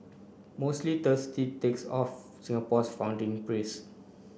mostly thirsty takes of Singapore's founding prince